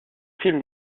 films